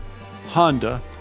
Honda